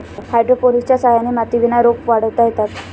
हायड्रोपोनिक्सच्या सहाय्याने मातीविना रोपं वाढवता येतात